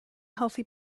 healthy